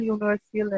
University